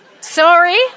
Sorry